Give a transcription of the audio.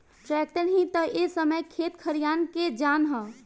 tractor ही ता ए समय खेत खलियान के जान ह